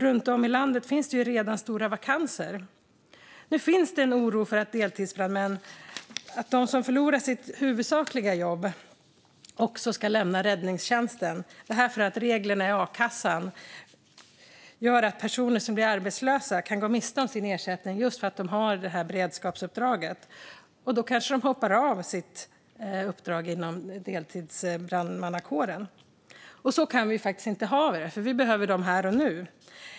Runt om i landet finns det redan stora vakanser. Nu finns en oro för att deltidsbrandmän som förlorar sitt huvudsakliga jobb ska lämna räddningstjänsten på grund av att reglerna i a-kassan gör att personer som blir arbetslösa kan gå miste om sin ersättning just för att de har detta beredskapsuppdrag. Då kanske de hoppar av sitt uppdrag inom deltidsbrandmannakåren, och så kan vi ju faktiskt inte ha det. Vi behöver dem här och nu.